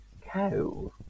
cow